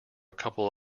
couple